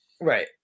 Right